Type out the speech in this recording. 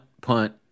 punt